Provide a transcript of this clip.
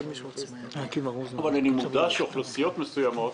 אבל אני מודע לכך שאוכלוסיות מסוימות